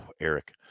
Eric